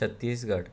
Chhattisgarh